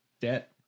debt